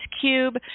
cube